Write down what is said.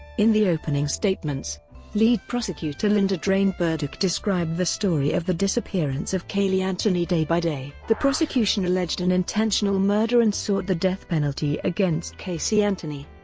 in the opening statements, lead prosecutor linda drane burdick described the story of the disappearance of caylee anthony day-by-day. the prosecution alleged an intentional murder and sought the death penalty against casey anthony.